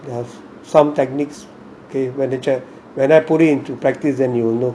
some techniques okay when they check when I put it into practice then you'll know